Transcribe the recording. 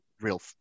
real